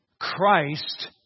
Christ